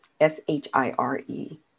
S-H-I-R-E